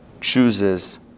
chooses